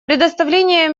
предоставление